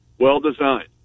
well-designed